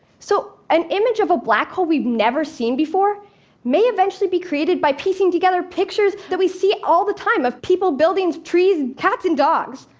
so an image of a black hole we've never seen before may eventually be created by piecing together pictures we see all the time of people, buildings, trees, cats and dogs.